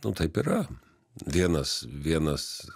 nu taip yra vienas vienas